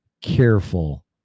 careful